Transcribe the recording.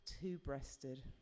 two-breasted